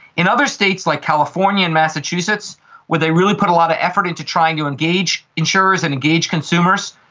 in other states like california and massachusetts where they really put a lot of effort into trying to engage insurers and engage consumers,